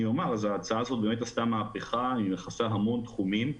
ההצעה הזאת באמת עשתה מהפכה והיא מכסה המון תחומים.